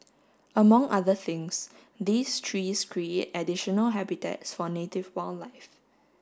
among other things these trees create additional habitats for native wildlife